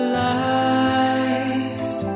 lies